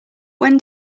when